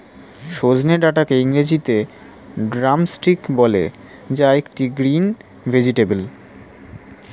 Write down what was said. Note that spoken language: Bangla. সজনে ডাটাকে ইংরেজিতে ড্রামস্টিক বলে যা একটি গ্রিন ভেজেটাবেল